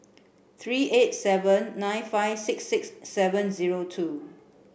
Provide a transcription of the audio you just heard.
three eight seven nine five six six seven zero two